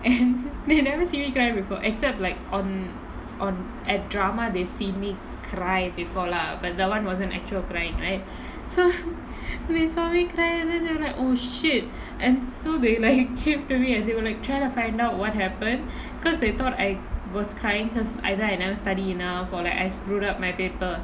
and they never see me cry before except like on on at drama they've seen me cry before lah but that [one] wasn't actual crying right so they saw me cry and then they were like oh shit and so they like came to me and they were like trying to find out what happened because they thought I was crying because either I never study enough or like I screwed up my paper